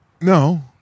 No